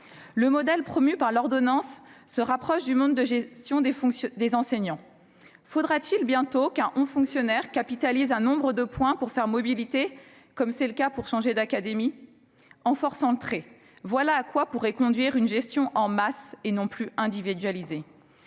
Le modèle promu par l'ordonnance se rapproche du mode de gestion des enseignants. Faudra-t-il bientôt qu'un haut fonctionnaire capitalise un nombre de points pour faire mobilité, comme c'est le cas lorsqu'un enseignant souhaite changer d'académie ? En forçant le trait, voilà ce à quoi pourrait conduire une gestion en masse et non plus individualisée